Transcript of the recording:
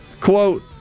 Quote